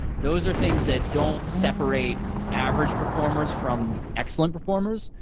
those are things that don't separate average performers from excellent performers,